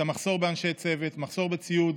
את המחסור באנשי צוות, את המחסור בציוד,